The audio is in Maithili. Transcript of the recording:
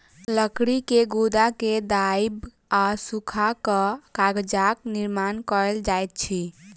लकड़ी के गुदा के दाइब आ सूखा कअ कागजक निर्माण कएल जाइत अछि